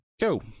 Go